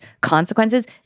consequences